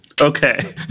Okay